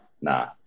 Nah